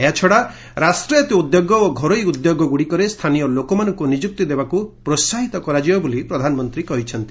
ଏହାଛଡ଼ା ରାଷ୍ଟ୍ରାୟତ୍ତ ଉଦ୍ୟୋଗ ଓ ଘରୋଇ ଉଦ୍ୟୋଗଗୁଡ଼ିକରେ ସ୍ଥାନୀୟ ଲୋକମାନଙ୍କୁ ନିଯୁକ୍ତି ଦେବାକୁ ପ୍ରୋହାହିତ କରାଯିବ ବୋଲି ପ୍ରଧାନମନ୍ତ୍ରୀ କହିଛନ୍ତି